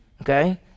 Okay